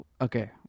Okay